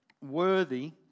worthy